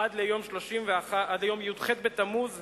עד ליום י"ח בתמוז התש"ע,